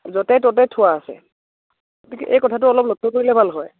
য'তে ত'তে থোৱা আছে এই কথাটো অলপ লক্ষ্য কৰিলে ভাল হয়